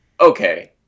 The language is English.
okay